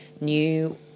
new